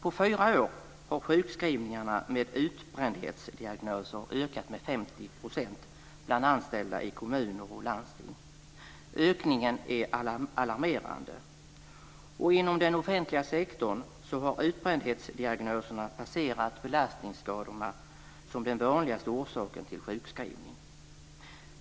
På fyra år har sjukskrivningarna med utbrändhetsdiagnoser ökat med 50 % bland anställda i kommuner och landsting. Ökningen är alarmerande! Och inom den offentliga sektorn har utbrändhetsdiagnoserna passerat belastningsskadorna som den vanligaste orsaken till sjukskrivning.